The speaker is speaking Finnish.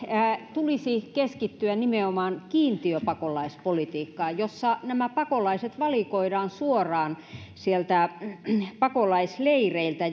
tulisi keskittyä nimenomaan kiintiöpakolaispolitiikkaan jossa nämä pakolaiset valikoidaan suoraan sieltä pakolaisleireiltä